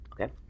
Okay